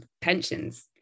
pensions